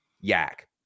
yak